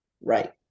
right